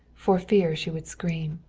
for fear she would scream.